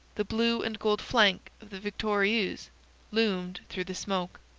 the blue and gold flank of the victorieuse loomed through the smoke.